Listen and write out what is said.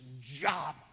job